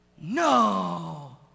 No